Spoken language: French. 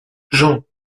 jean